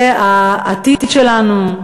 זה העתיד שלנו.